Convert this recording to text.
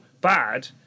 bad